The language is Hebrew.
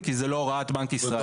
כי זו לא הוראת בנק ישראל.